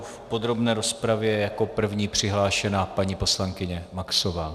V podrobné rozpravě je jako první přihlášena paní poslankyně Maxová.